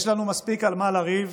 יש לנו מספיק על מה לריב